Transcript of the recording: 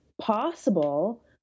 possible